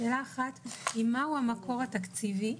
שאת תגידי את הדבר